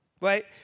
Right